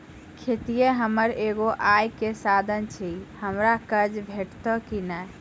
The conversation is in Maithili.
खेतीये हमर एगो आय के साधन ऐछि, हमरा कर्ज भेटतै कि नै?